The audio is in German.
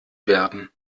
werden